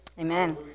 Amen